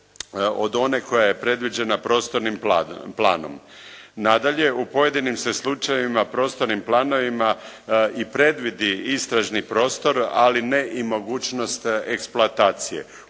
od one koja je predviđena prostornim planom. Nadalje, u pojedinim se slučajevima prostornim planovima i predvidi istražni prostor, ali ne i mogućnost eksploatacije.